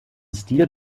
stil